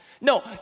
No